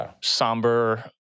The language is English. somber